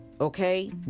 Okay